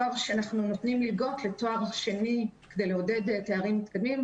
אנחנו נותנים מלגות לתואר שני כדי לעודד תארים מתקדמים,